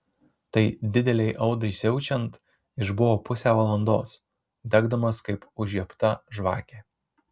tai didelei audrai siaučiant išbuvo pusę valandos degdamas kaip užžiebta žvakė